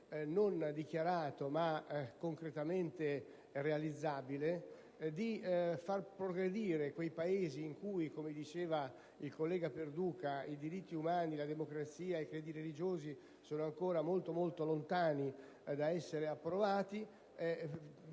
non dichiarato ma concretamente realizzabile, di far progredire quei Paesi in cui, come diceva il collega Perduca, i diritti umani, la democrazia e la libertà religiosa sono ancora veramente temi molto lontani dall'essere acquisiti.